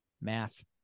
Math